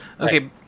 Okay